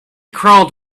crawled